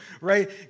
right